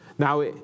Now